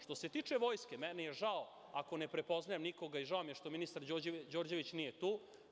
Što se tiče vojske, meni je žao ako ne prepoznajem nikoga i žao mi je što ministar Đorđević nije tu.